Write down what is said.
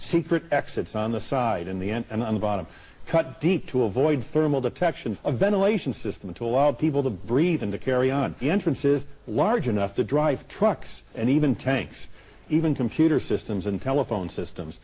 secret exits on the side in the end and bottom cut deep to avoid thermal detection ventilation system to allow people to breathe and to carry on the entrances large enough to drive trucks and even tanks even computer systems and telephone systems